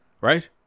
Right